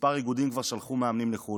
ומספר איגודים כבר שלחו מאמנים לחו"ל.